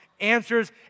answers